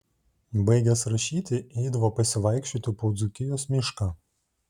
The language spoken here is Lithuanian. baigęs rašyti eidavo pasivaikščioti po dzūkijos mišką